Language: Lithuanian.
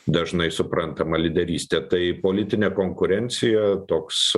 dažnai suprantama lyderystė tai politinė konkurencija toks